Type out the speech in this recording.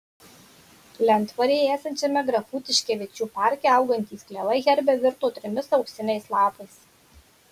lentvaryje esančiame grafų tiškevičių parke augantys klevai herbe virto trimis auksiniais lapais